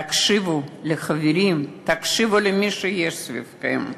תקשיבו לחברים, תקשיבו למי שסביבכם,